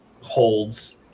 holds